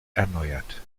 erneuert